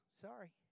sorry